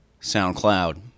SoundCloud